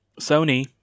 Sony